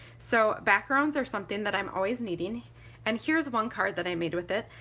so backgrounds are something that i'm always needing and here's one card that i made with it.